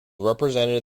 represented